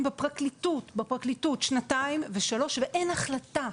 בפרקליטות שנתיים ושלוש ואין החלטה.